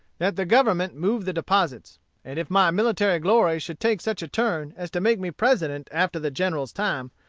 that the government moved the deposits and if my military glory should take such a turn as to make me president after the general's time,